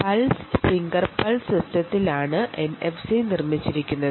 pulse finger pulse സിസ്റ്റത്തിലാണ് NFC നിർമ്മിച്ചിരിക്കുന്നത്